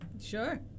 Sure